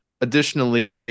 Additionally